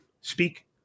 speak